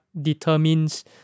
determines